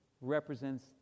represents